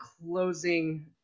closing